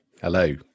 Hello